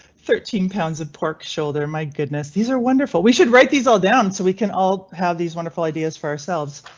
thirteen pounds of pork shoulder. my goodness these are wonderful. we should write these all down so we can all have these wonderful ideas for ourselves.